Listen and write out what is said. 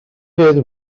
hedd